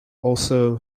also